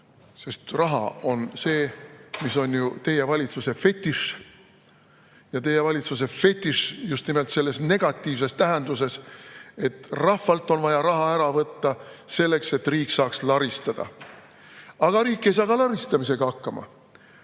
Aga raha on see, mis on ju teie valitsuse fetiš, ja teie valitsuse fetiš just nimelt selles negatiivses tähenduses. Rahvalt on vaja raha ära võtta selleks, et riik saaks laristada. Aga riik ei saa ka laristamisega hakkama.